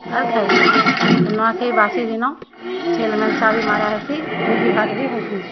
ଆର୍ ଖାଇସୁଁ ନୂଆଖାଇ ବାସି ଦିନ ଛେଲ୍ ମେଲ୍ଛା ବି ମାରା ହେସି ଭୋଜି ଭାତ୍ ବି ହେସି